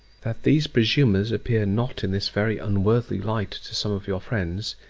that these presumers appear not in this very unworthy light to some of your friends,